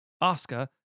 Oscar